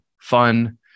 fun